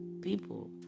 People